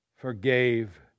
forgave